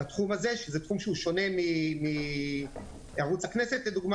על התחום הזה שזה תחום שהוא שונה מערוץ הכנסת לדוגמה